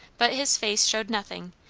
but his face showed nothing,